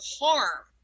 harm